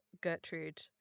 Gertrude